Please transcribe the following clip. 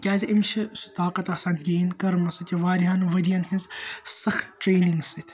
کیٛازِ أمِس چھُ سُہ طاقت آسان گیٚن کٔرمٕژ سُہ تہِ واریاہَن ؤرۍیَن ہٕنٛز سَخت ٹرٛینِنٛگ سٍتۍ